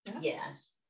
Yes